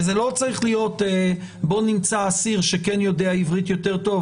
וזה לא צריך להיות בא נמצא אסיר שיודע עברית יותר טוב,